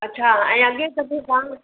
अच्छा ऐं अॻिए